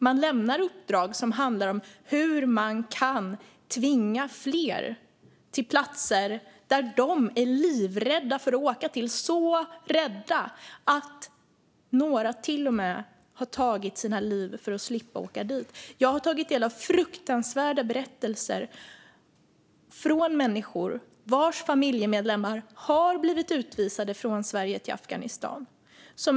Man lämnar uppdrag som handlar om hur fler kan tvingas till platser som de är livrädda för att åka till - så rädda att några till och med har tagit sina liv för att slippa åka dit. Jag har tagit del av fruktansvärda berättelser från människor vars familjemedlemmar har blivit utvisade från Sverige till Afghanistan.